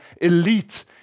elite